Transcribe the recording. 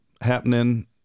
happening